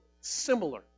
similar